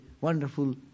wonderful